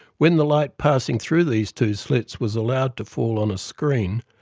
when the light passing through these two slits was allowed to fall on a screen,